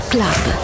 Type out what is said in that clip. Club